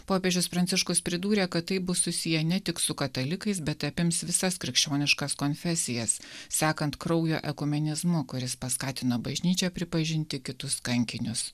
popiežius pranciškus pridūrė kad tai bus susiję ne tik su katalikais bet apims visas krikščioniškas konfesijas sekant kraujo ekumenizmo kuris paskatino bažnyčią pripažinti kitus kankinius